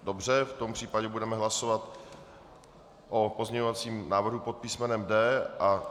Dobře, v tom případě budeme hlasovat o pozměňovacím návrhu pod písmenem D.